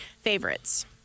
favorites